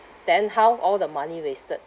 then how all the money wasted